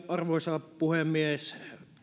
arvoisa puhemies